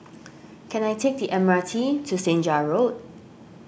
can I take the M R T to Senja Road